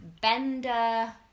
Bender